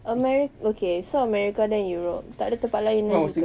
ameri~ okay so america then europe tak ada tempat lain dah ke